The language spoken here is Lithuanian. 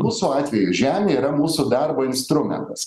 mūsų atvejau žemė yra mūsų darbo instrumentas